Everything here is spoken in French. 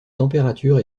température